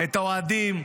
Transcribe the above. את האוהדים,